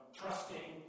trusting